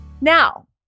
Now